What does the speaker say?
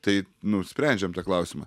tai nu sprendžiam tą klausimą